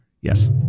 Yes